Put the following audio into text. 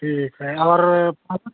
ठीक है और पालक